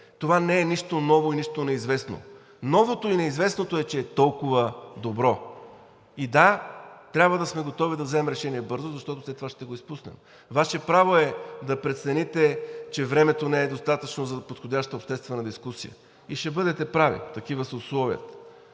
Това не е нищо ново и нищо неизвестно. Новото и неизвестното е, че е толкова добро. И, да, трябва да сме готови да вземем решение бързо, защото след това ще го изпуснем. Ваше право е да прецените, че времето не е достатъчно за подходяща обществена дискусия. И ще бъдете прави – такива са условията,